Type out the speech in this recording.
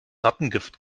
rattengift